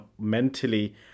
mentally